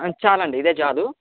చాలండి ఇదేచాలు